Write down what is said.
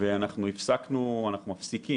אנחנו מפסיקים,